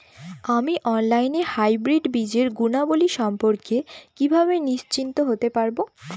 আমি অনলাইনে হাইব্রিড বীজের গুণাবলী সম্পর্কে কিভাবে নিশ্চিত হতে পারব?